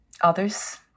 others